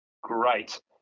great